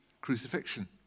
crucifixion